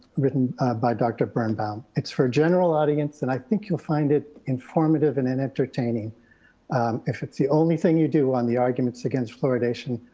written by dr. birnbaum. it's for a general audience. and i think you'll find it informative and and entertaining if it's the only thing you do on the arguments against fluoridation,